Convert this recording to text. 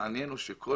מעניין שכל